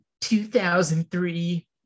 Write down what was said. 2003